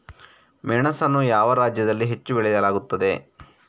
ಮೆಣಸನ್ನು ಯಾವ ರಾಜ್ಯದಲ್ಲಿ ಹೆಚ್ಚು ಬೆಳೆಯಲಾಗುತ್ತದೆ?